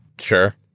Sure